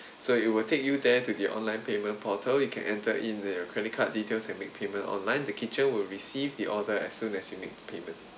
so it will take you there to the online payment portal you can enter in your credit card details and make payment online the kitchen will receive the order as soon as you make payment